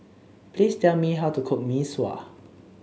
please tell me how to cook Mee Sua